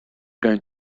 going